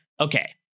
Okay